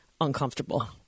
uncomfortable